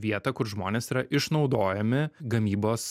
vietą kur žmonės yra išnaudojami gamybos